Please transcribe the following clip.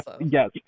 Yes